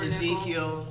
Ezekiel